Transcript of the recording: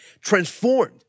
transformed